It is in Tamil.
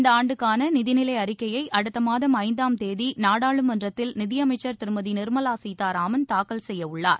இந்த ஆண்டுக்கான நிதி நிலை அறிக்கையை அடுத்த மாதம் ஐந்தாம் தேதி நாடாளுமன்றத்தில் நிதியமைச்சர் திருமதி நிர்மலா சீத்தாராமன் தாக்கல் செய்யவுள்ளார்